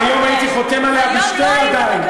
היום הייתי חותם עליה בשתי הידיים.